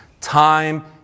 time